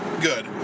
good